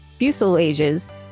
fuselages